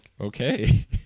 Okay